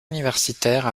universitaire